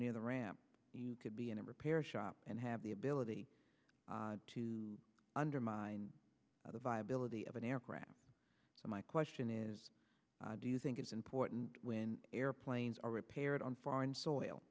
near the ramp you could be in a repair shop and have the ability to undermine the viability of an aircraft so my question is do you think it's important when airplanes are repaired on foreign soil